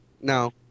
No